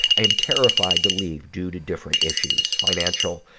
i am terrified to leave, due to different issues, financial,